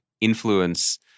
influence